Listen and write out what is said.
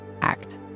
act